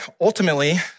ultimately